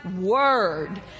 word